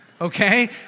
Okay